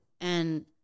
And-